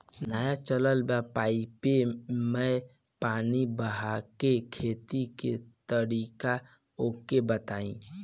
नया चलल बा पाईपे मै पानी बहाके खेती के तरीका ओके बताई?